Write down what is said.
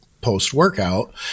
post-workout